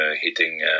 hitting